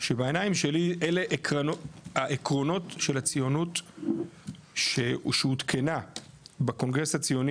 שבעניים שלי אלה העקרונות של הציונות שעודכנה בקונגרס הציוני